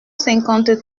cinquante